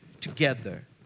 together